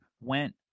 went